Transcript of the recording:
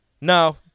No